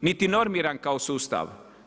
niti normiran kao sustav.